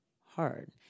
hard